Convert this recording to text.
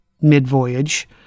mid-voyage